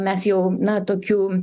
mes jau na tokių